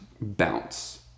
bounce